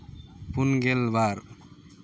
Pongal ᱵᱟᱨ